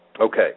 Okay